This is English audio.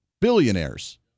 billionaires